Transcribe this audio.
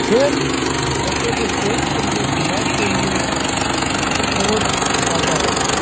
کھیل بچوں کے صحت کے لیے دماغ کے لیے بہت فائدہ رہتا ہے